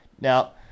Now